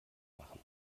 machen